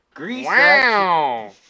Wow